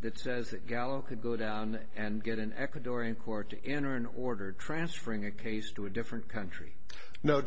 that says that gallo could go down and get an ecuadorian court to enter an order transferring a case to a different country no